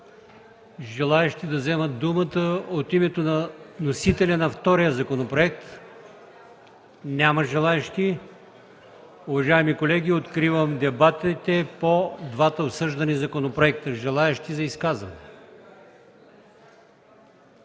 Желаещи да вземат думата от името на вносителя на втория законопроект? Няма желаещи. Уважаеми колеги, откривам дебатите по двата обсъждани законопроекта. Желаещи за изказване?